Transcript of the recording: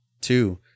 two